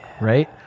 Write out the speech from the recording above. right